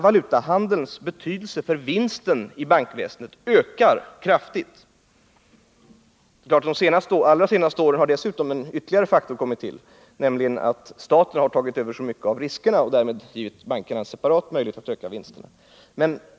Valutahandelns betydelse för vinsten i bankväsendet ökar kraftigt. De allra senaste åren har dessutom en annan faktor kommit till, nämligen att staten har tagit över mycket av riskerna och därmed givit bankerna en separat möjlighet att öka vinsterna.